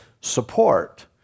support